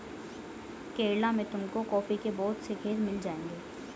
केरला में तुमको कॉफी के बहुत से खेत मिल जाएंगे